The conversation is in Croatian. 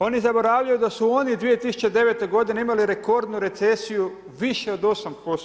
Oni zaboravljaju da su oni 2009. g. imali rekordnu recesiju više od 8%